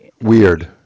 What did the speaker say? weird